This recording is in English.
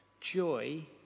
joy